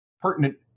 pertinent